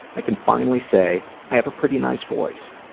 i can finally say i have a pretty nice voice.